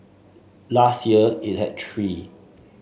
last year it had three